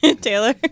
Taylor